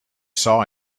saw